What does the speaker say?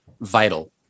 vital